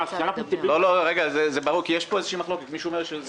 איזו מחלוקת.